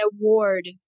award